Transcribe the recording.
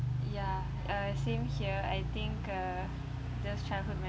ya uh same here I think uh just childhood